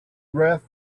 wreath